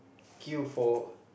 queue for